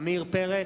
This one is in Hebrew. עמיר פרץ,